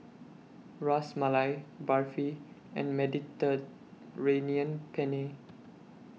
Ras Malai Barfi and Mediterranean Penne